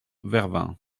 vervins